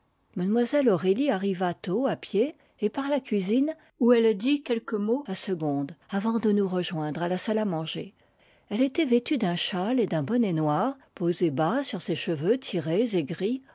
mlle aurélie arriva tôt à pied et par la cuisine où elle dit quelques mots à segonde avant de nous rejoindre à la salle à manger elle était vêtue d'un châle et d'un bonnet noir posé bas sur ses cheveux tirés et gris